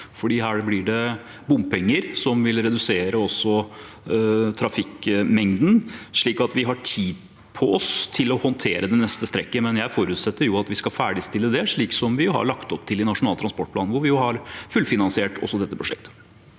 Her blir det bompenger som vil redusere trafikkmengden, slik at vi har tid på oss til å håndtere det neste strekket. Jeg forutsetter at vi skal ferdigstille det, slik som vi har lagt opp til i Nasjonal transportplan, hvor vi har fullfinansiert også dette prosjektet.